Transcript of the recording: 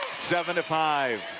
seven five,